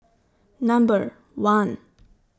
Number one